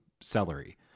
celery